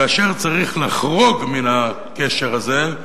כאשר צריך לחרוג מן הקשר הזה,